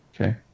Okay